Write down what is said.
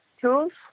tools